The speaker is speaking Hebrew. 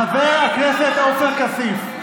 חבר הכנסת עופר כסיף.